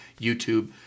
YouTube